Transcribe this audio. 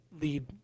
lead